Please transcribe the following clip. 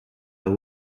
los